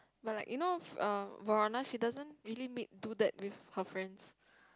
but like you know err Verona she doesn't really meet do that with her friends